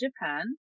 Japan